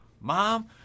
mom